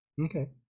Okay